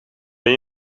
ben